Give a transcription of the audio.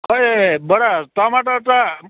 खै बडा टमाटर त